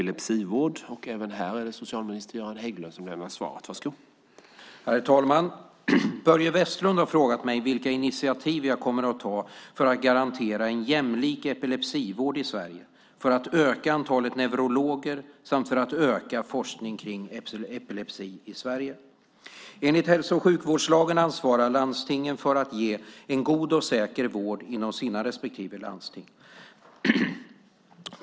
Herr talman! Börje Vestlund har frågat mig vilka initiativ jag kommer att ta för att garantera en jämlik epilepsivård i Sverige, för att öka antalet neurologer samt för att öka forskning kring epilepsi i Sverige. Enligt hälso och sjukvårdslagen ansvarar landstingen för att ge en god och säker vård inom sina respektive landsting.